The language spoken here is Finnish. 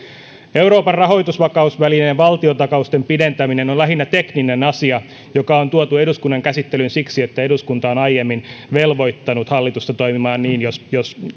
euroopan rahoitusvakausvälineen valtiontakausten pidentäminen on on lähinnä tekninen asia joka on tuotu eduskunnan käsittelyyn siksi että eduskunta on aiemmin velvoittanut hallitusta toimimaan niin jos jos